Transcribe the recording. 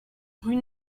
rue